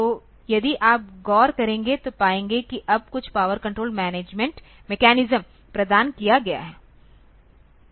तो यदि आप गौर करेंगे तो पाएंगे कि अब कुछ पावर कंट्रोल मैकेनिज्म प्रदान किया गया है